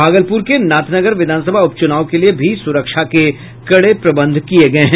भागलपुर के नाथनगर विधानसभा उपचुनाव के लिए भी सुरक्षा के कड़े प्रबंध किये गये हैं